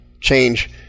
change